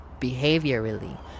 behaviorally